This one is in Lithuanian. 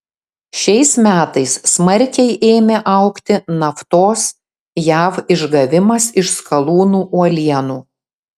šiais metais smarkiai ėmė augti naftos jav išgavimas iš skalūnų uolienų